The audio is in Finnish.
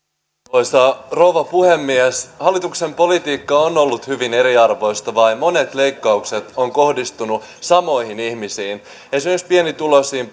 arvoisa rouva puhemies hallituksen politiikka on ollut hyvin eriarvoistavaa ja monet leikkaukset ovat kohdistuneet samoihin ihmisiin esimerkiksi pienituloisiin